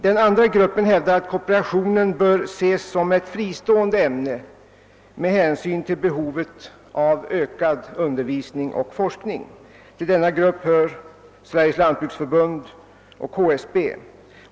Den andra gruppen hävdar att kooperationen bör ses som ett fristående ämne, och detta motiveras med behovet av ökad undervisning och forskning. Till denna grupp hör Sveriges lantbruksförbund och HSB.